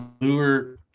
lure